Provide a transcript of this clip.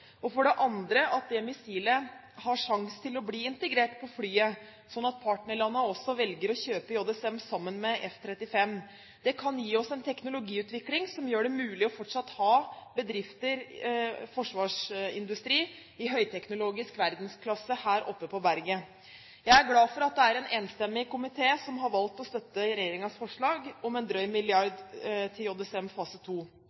og for det andre at det missilet har sjanse til å bli integrert på flyet slik at partnerlandene velger å kjøpe JSM sammen med F-35, gi oss en teknologiutvikling som gjør det mulig fortsatt å ha forsvarsindustri i høyteknologisk verdensklasse her oppe på berget. Jeg er glad for at det er en enstemmig komité som har valgt å støtte regjeringens forslag om en drøy